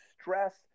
stress